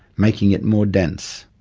making it more dense.